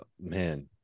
man